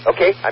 Okay